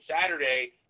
Saturday